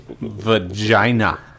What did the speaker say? Vagina